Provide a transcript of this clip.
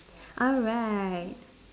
alright